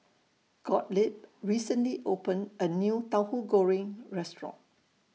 Gottlieb recently opened A New Tahu Goreng Restaurant